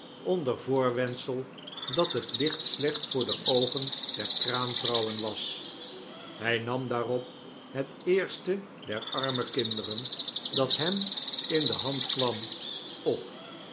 onder voorwendsel dat het licht slecht voor de oogen der kraam vrouwen was hij nam daarop het eerste der arme kinderen dat hem in de hand kwam op